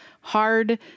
hard